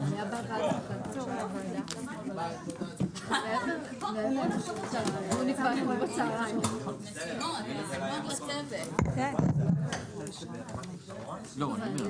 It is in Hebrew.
13:58.